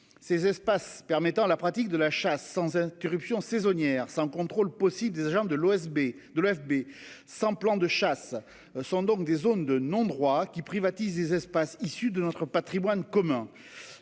ces espaces permettant la pratique de la chasse sans interruption saisonnières sans contrôle possible des agents de l'OSB de l'AFB sans plan de chasse sont donc des zones de non-droit qui privatise des espaces issus de notre Patrimoine commun